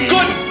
Good